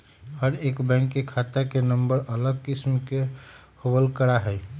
हर एक बैंक के खाता के नम्बर अलग किस्म के होबल करा हई